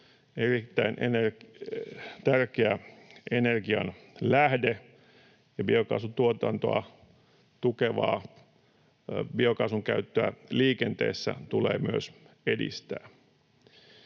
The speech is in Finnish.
erittäin tärkeä energianlähde, ja biokaasutuotantoa tukevaa biokaasun käyttöä liikenteessä tulee myös edistää.